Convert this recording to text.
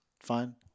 Fine